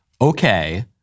Okay